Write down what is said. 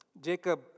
Jacob